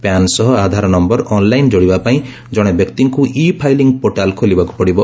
PAN ସହ Aadhaar number online ଯୋଡ଼ିବା ପାଇଁ ଜଣେ ବ୍ୟକ୍ତିଙ୍କୁ ଇ ଫାଇଲିଂ ପୋର୍ଟାଲ୍ ଖୋଲିବାକୁ ପଡ଼ିବ